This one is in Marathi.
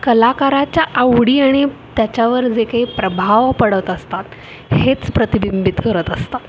कलाकाराच्या आवडी आणि त्याच्यावर जे काही प्रभाव पडत असतात हेच प्रतिबिंबित करत असतात